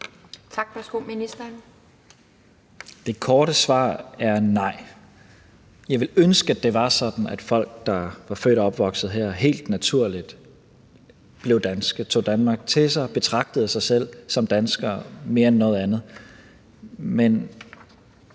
Det korte svar er nej. Jeg ville ønske, at det var sådan, at folk, der var født og opvokset her, helt naturligt blev danske, tog Danmark til sig, betragtede sig selv som danskere mere end noget andet.